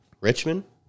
Richmond